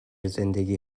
زندگی